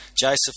Joseph